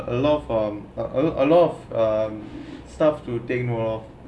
a lot on a lot of um staff meeting lor